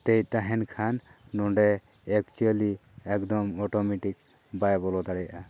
ᱛᱮᱭ ᱛᱟᱦᱮᱱ ᱠᱷᱟᱱ ᱱᱚᱸᱰᱮ ᱮᱠᱪᱩᱭᱟᱞᱤ ᱮᱠᱫᱚᱢ ᱚᱴᱳᱢᱮᱴᱤᱠ ᱵᱟᱭ ᱵᱚᱞᱚ ᱫᱟᱲᱮᱭᱟᱜᱼᱟ